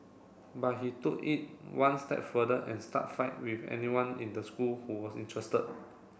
but he took it one step further and start fight with anyone in the school who was interested